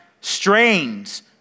strains